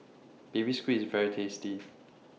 Baby Squid IS very tasty